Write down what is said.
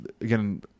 again